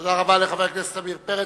תודה רבה לחבר הכנסת עמיר פרץ.